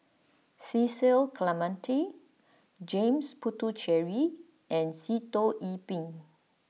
Cecil Clementi James Puthucheary and Sitoh Yih Pin